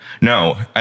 No